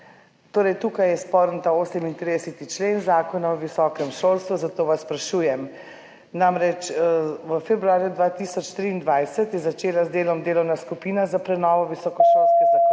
Torej, tukaj je sporen ta 38. člen Zakona o visokem šolstvu, zato vas sprašujem, namreč v februarju 2023 je začela z delom delovna skupina za prenovo visokošolske zakonodaje,